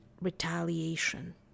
retaliation